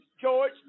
George